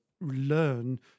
learn